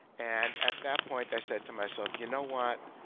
and at that point i said to myself, you know what?